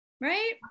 right